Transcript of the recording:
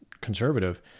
conservative